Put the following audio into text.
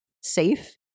safe